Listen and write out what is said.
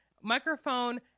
Microphone